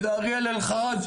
אריאל אלחרזי,